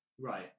Right